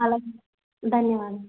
అలాగే ధన్యవాదం